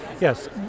Yes